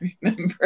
remember